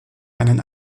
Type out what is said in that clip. einen